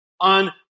on